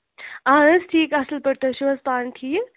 اَہن حظ ٹھیٖک اَصٕل پٲٹھۍ تُہۍ چھُو حظ پانہٕ ٹھیٖک